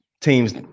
teams